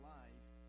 life